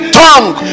tongue